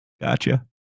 Gotcha